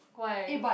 why